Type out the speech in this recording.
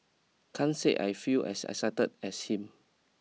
can't say I feel as excited as him